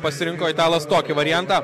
pasirinko italas tokį variantą